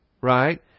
right